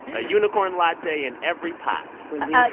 a unicorn latte in every pot relief. yeah